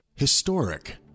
Historic